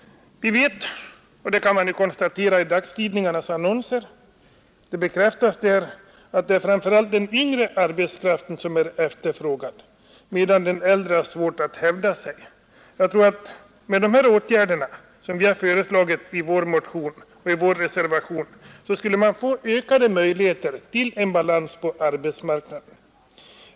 Vi vet — och det bekräftar dagstidningarnas annonser — att det framför allt är den yngre arbetskraften som är efterfrågad, medan den äldre har svårt att hävda sig. Om man vidtar de åtgärder som vi har föreslagit i vår motion och i reservationen skapas ökade möjligheter till balans på arbetsmarknaden.